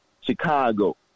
Chicago